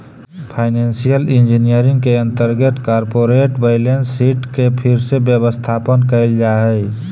financial engineering के अंतर्गत corporate balance sheet के फिर से व्यवस्थापन कैल जा हई